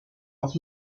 auch